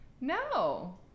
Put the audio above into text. No